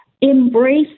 Embrace